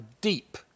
deep